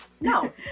No